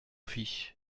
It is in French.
fiche